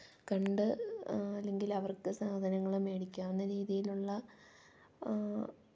കണ്ട് അല്ലെങ്കിലവർക്കു സാധനങ്ങള് മേടിക്കാവുന്ന രീതിയിലുള്ള